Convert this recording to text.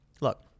Look